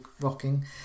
rocking